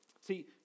See